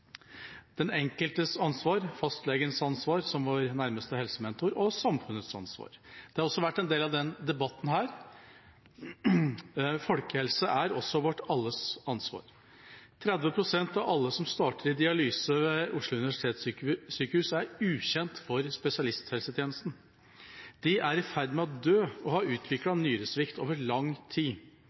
den enkeltes ansvar, fastlegens ansvar som nærmeste helsementor og samfunnets ansvar. Det har også vært en del av denne debatten. Folkehelse er vårt alles ansvar. 30 pst. av alle som starter i dialyse ved Oslo universitetssykehus, er ukjente for spesialisthelsetjenesten. De har utviklet nyresvikt over lang tid og er i ferd med å dø.